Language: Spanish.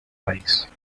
país